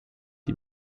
die